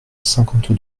cinquante